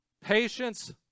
Patience